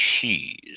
cheese